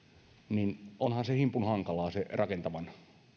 niin onhan se himpun hankalaa se rakentavan